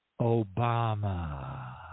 Obama